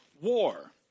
war